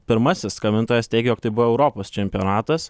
pirmasis skambintojas teigė jog tai buvo europos čempionatas